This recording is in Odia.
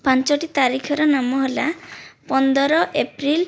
ପାଞ୍ଚଟି ତାରିଖର ନାମ ହେଲା ପନ୍ଦର ଏପ୍ରିଲ